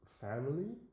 family